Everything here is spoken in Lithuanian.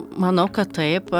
manau kad taip